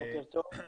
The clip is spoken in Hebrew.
בוקר טוב,